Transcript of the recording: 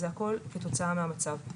זה הכל כתוצאה מהמצב.